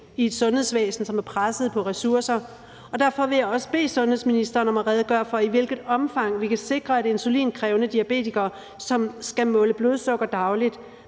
i et sundhedsvæsen, som er presset på ressourcer. Derfor vil jeg også bede sundhedsministeren om at redegøre for, i hvilket omfang vi kan sikre, at insulinkrævende diabetikere, som skal måle blodsukker dagligt,